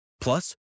Plus